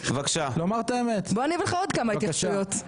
אני אביא לך עוד כמה התייחסויות.